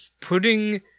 Putting